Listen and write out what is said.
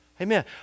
Amen